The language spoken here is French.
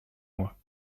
moi